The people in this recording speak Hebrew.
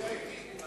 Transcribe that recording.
ומשפט על